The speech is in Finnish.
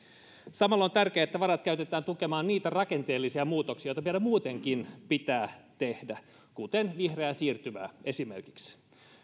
samalla on tärkeää että varat käytetään tukemaan niitä rakenteellisia muutoksia joita meidän muutenkin pitää tehdä kuten vihreää siirtymää esimerkiksi